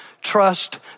trust